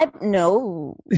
no